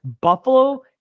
Buffalo